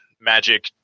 magic